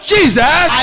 Jesus